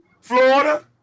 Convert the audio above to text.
Florida